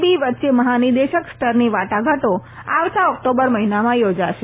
બી વચ્ચે મહાનિદેશક સ્તરની વાટાઘાટો આવતા ઓકટોબર મહિનામાં યોજાશે